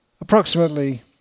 approximately